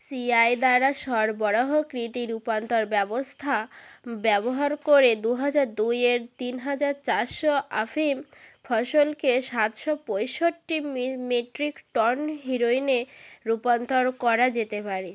CI দ্বারা সরবরাহকৃত রূপান্তর ব্যবস্থা ব্যবহার করে দু হাজার দুইয়ের তিন হাজার চারশো আফিম ফসলকে সাতশো পঁয়ষট্টি মেট্রিক টন হেরোইনে রূপান্তর করা যেতে পারে